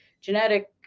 genetic